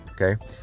Okay